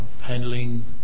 handling